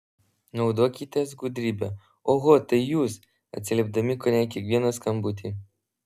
naudokitės gudrybe oho tai jūs atsiliepdami kone į kiekvieną skambutį